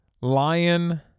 lion